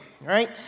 right